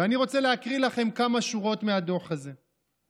ואני רוצה להקריא לכם כמה שורות מהדוח הזה: